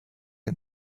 and